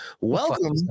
Welcome